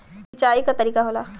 सिंचाई क तरीका होला